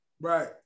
right